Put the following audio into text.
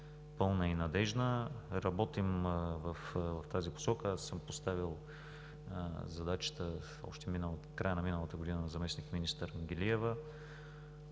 пълна и надеждна. Работим в тази посока, поставил съм задачата още в края на миналата година на заместник-министър Ангелиева.